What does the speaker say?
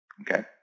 Okay